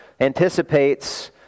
anticipates